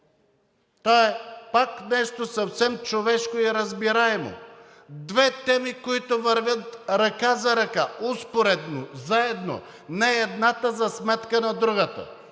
Това е пак нещо съвсем човешко и разбираемо. Две теми, които вървят ръка за ръка, успоредно, заедно, не едната за сметка на другата.